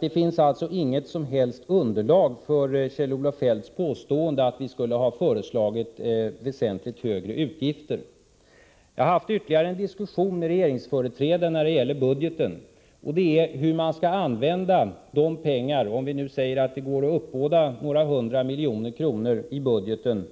Det finns alltså inget som helst underlag för Kjell-Olof Feldts påstående att vi skulle ha föreslagit väsentligt högre utgifter. Jag har haft ytterligare en diskussion med regeringsföreträdare om budgeten, och det gällde hur pengarna skall användas, om vi säger att det går att uppbåda några hundra miljoner kronor i budgeten